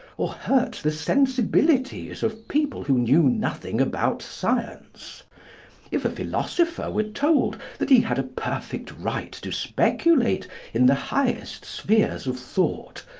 or hurt the sensibilities of people who knew nothing about science if a philosopher were told that he had a perfect right to speculate in the highest spheres of thought,